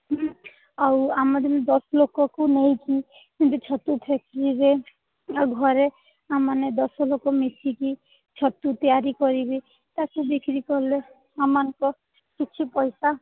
ହୁଁ ଆଉ ଆମେ ଯେମିତି ଦଶ ଲୋକକୁ ନେଇକି କେମିତି ଛତୁ ଫ୍ୟାକ୍ଟ୍ରିରେ ଆଉ ଘରେ ଆମେମାନେ ଦଶ ଲୋକ ମିଶିକି ଛତୁ ତିଆରି କରି ତାକୁ ବିକ୍ରି କଲେ ଆମମାନଙ୍କ କିଛି ପଇସା